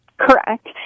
Correct